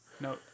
no